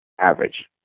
average